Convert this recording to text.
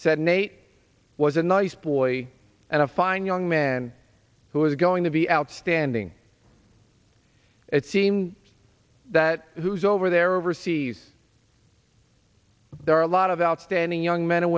said nate was a nice boy and a fine young man who was going to be outstanding it seemed that who's over there overseas there are a lot of outstanding young men and